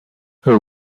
her